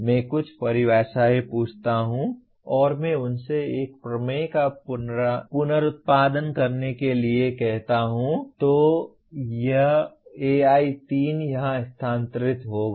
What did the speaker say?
मैं कुछ परिभाषाएँ पूछता हूँ और मैं उनसे एक प्रमेय का पुनरुत्पादन करने के लिए कहता हूँ तो यह AI3 यहाँ स्थानांतरित हो गया